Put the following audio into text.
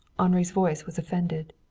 henri's voice was offended.